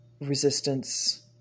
resistance